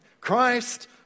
Christ